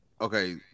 Okay